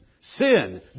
sin